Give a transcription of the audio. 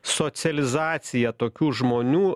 socializacija tokių žmonių